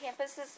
campuses